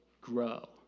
grow